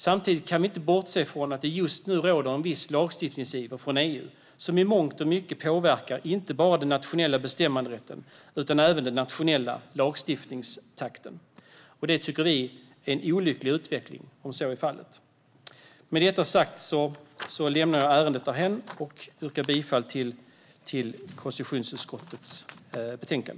Samtidigt kan vi inte bortse från att det just nu råder en viss lagstiftningsiver från EU:s sida som i mångt och mycket påverkar inte bara den nationella bestämmanderätten utan även den nationella lagstiftningstakten. Vi tycker att det är en olycklig utveckling om så är fallet. Med detta sagt lämnar jag ärendet därhän och yrkar bifall till konstitutionsutskottets förslag.